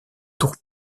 tour